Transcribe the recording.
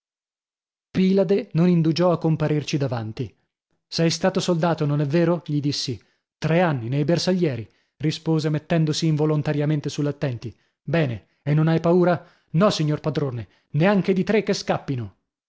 non indugiò a comparirci davanti sei stato soldato non è vero gli dissi tre anni nei bersaglieri rispose mettendosi involontariamente sull'attenti bene e non hai paura no signor padrone neanche di tre che scappino filippo